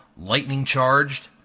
lightning-charged